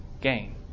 gain